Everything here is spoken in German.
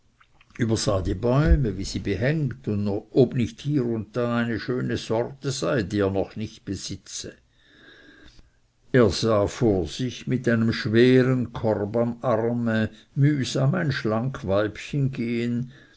wie sie behängt und ob nicht hier oder da eine schöne sorte sei die er noch nicht besitze er sah vor sich mit einem schweren korb am arme mühsam ein schlank weibchen gehen